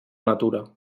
natura